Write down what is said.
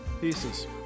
Pieces